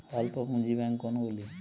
অল্প পুঁজি ব্যাঙ্ক কোনগুলি?